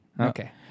Okay